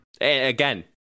Again